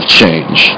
change